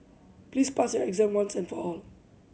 please pass your exam once and for all